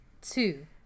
Two